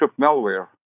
malware